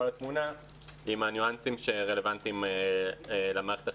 התמונה עם הניואנסים שרלוונטיים למערכת החינוך.